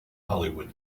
hollywood